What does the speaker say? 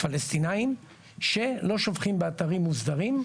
פלסטינים שלא שופכים באתרים מוסדרים,